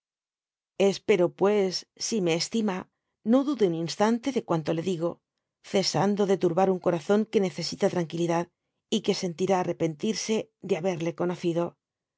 pues si me estima no dude un instante de cu nto le digo cesando de turbar un corazón que necesita tranquilidad y que sentirá arrepentirse de haberle conocido